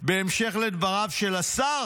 בהמשך לדבריו של השר